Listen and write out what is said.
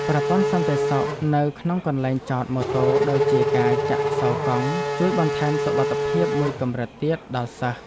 ប្រព័ន្ធសន្តិសុខនៅក្នុងកន្លែងចតម៉ូតូដូចជាការចាក់សោរកង់ ជួយបន្ថែមសុវត្ថិភាពមួយកម្រិតទៀតដល់សិស្ស។